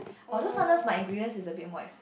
although sometimes my ingredient is a bit more expen~